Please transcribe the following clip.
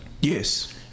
Yes